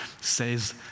says